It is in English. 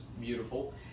beautiful